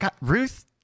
Ruth